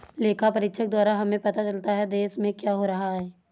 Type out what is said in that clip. लेखा परीक्षक द्वारा हमें पता चलता हैं, देश में क्या हो रहा हैं?